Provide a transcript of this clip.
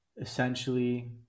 essentially